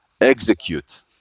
execute